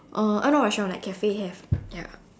uh uh not restaurant like cafe have ya